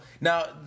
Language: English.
Now